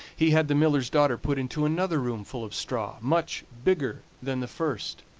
he had the miller's daughter put into another room full of straw, much bigger than the first,